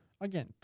Again